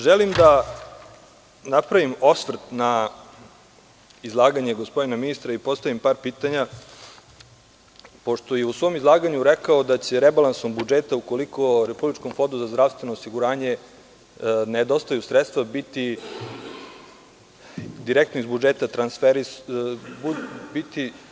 Želim da napravim osvrt na izlaganje gospodina ministra i postavim par pitanja, pošto je u svom izlaganju rekao da će rebalansom budžeta, ukoliko Republičkom fondu za zdravstveno osiguranje nedostaju sredstva, sredstva biti direktno iz budžeta transferisana.